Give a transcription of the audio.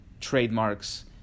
trademarks